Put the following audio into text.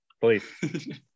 Please